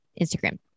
Instagram